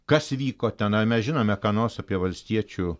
kas vyko tenai ar mes žinome ką nors apie valstiečių